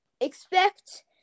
expect